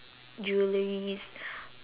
jewelleries